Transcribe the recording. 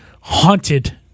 haunted